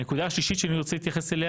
הנקודה השלישית שאני רוצה להתייחס אליה